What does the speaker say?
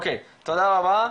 תודה רבה.